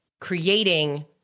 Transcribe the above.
creating